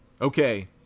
Okay